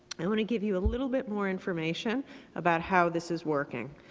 i want to give you a little bit more information about how this is working.